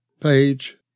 page